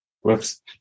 whoops